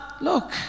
Look